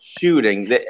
shooting